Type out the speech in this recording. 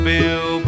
Bill